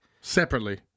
separately